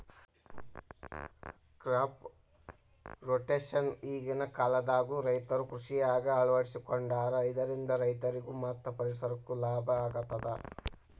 crop rotation ಈಗಿನ ಕಾಲದಾಗು ರೈತರು ಕೃಷಿಯಾಗ ಅಳವಡಿಸಿಕೊಂಡಾರ ಇದರಿಂದ ರೈತರಿಗೂ ಮತ್ತ ಪರಿಸರಕ್ಕೂ ಲಾಭ ಆಗತದ